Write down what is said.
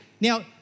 Now